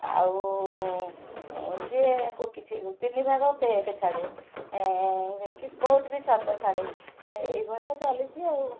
ଆଉ ଯିଏ କିଛି ତିନି ଭାଗ ଫେକ୍ ଛାଡ଼େ କିଛି ବହୁତ ବି ସତ ଛାଡ଼େ ଏଇଭଳିଆ ଚାଲିଛି ଆଉ